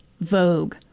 Vogue